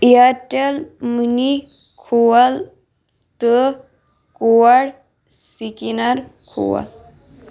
Airtel money کھول تہٕ code scanner کھول